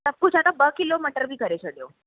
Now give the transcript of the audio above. सभु कुझु आहिनि ॿ किलो मटर बि करे छॾिजो